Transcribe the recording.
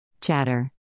Chatter